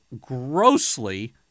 grossly